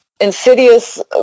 insidious